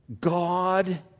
God